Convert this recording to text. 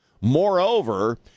Moreover